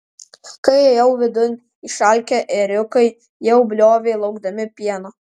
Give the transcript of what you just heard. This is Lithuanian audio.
kai įėjau vidun išalkę ėriukai jau bliovė laukdami pieno